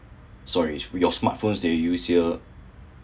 sorry we got smartphones they use here